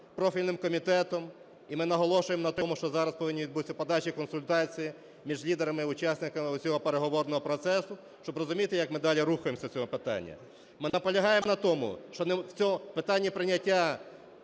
профільним комітетом. І ми наголошуємо на тому, що зараз повинні відбутися подальші консультації між лідерами і учасниками усього переговорного процесу, щоб розуміти, як ми далі рухаємося з цього питання. Ми наполягаємо на тому, що в питанні прийняття